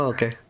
Okay